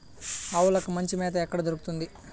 ఆవులకి మంచి మేత ఎక్కడ దొరుకుతుంది?